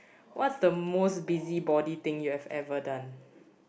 what's the most busybody thing you've ever done